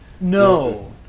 No